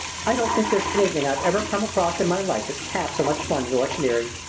i don't think there's anything i've ever come across in my life that's half so much fun as electioneering!